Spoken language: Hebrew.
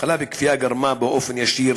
האכלה בכפייה גרמה באופן ישיר